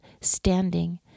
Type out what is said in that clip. standing